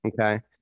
Okay